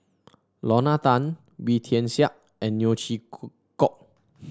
Lorna Tan Wee Tian Siak and Neo Chwee Kok